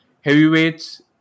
heavyweights